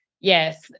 yes